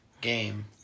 game